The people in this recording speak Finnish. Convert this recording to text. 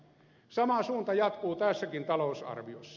sama suunta jatkuu tässäkin talousarviossa